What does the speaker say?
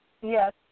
Yes